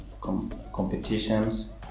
competitions